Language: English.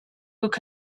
could